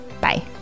Bye